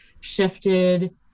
shifted